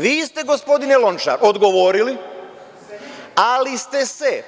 Vi ste, gospodine Lončar, odgovorili, ali ste se